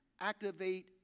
activate